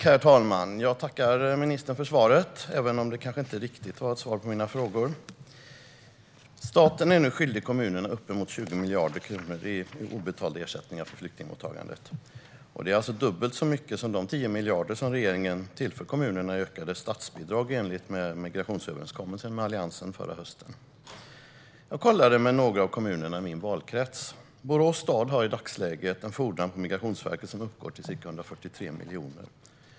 Herr talman! Jag tackar ministern för svaret, även om det kanske inte riktigt besvarade mina frågor. Staten är nu skyldig kommunerna uppemot 20 miljarder kronor i obetalda ersättningar för flyktingmottagandet. Det är alltså dubbelt så mycket som de 10 miljarder man tillför kommunerna i ökade statsbidrag i enlighet med migrationsöverenskommelsen med Alliansen förra hösten. Jag kollade med några av kommunerna i min valkrets. Borås stad har i dagsläget en fordran på Migrationsverket som uppgår till ca 143 miljoner.